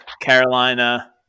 Carolina